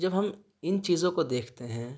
تو جب ہم ان چیزوں کو دیکھتے ہیں